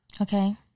okay